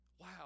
Wow